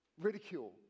ridicule